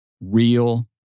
real